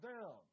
down